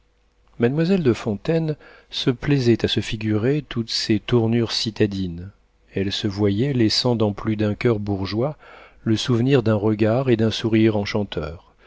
mademoiselle de fontaine se plaisait à se figurer toutes ces tournures citadines elle se voyait laissant dans plus d'un coeur bourgeois le souvenir d'un regard et d'un sourire enchanteurs